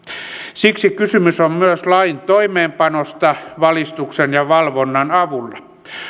siksi kysymys on myös lain toimeenpanosta valistuksen ja valvonnan avulla